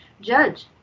judge